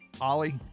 Ollie